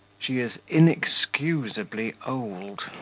she is inexcusably old,